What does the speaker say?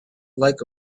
like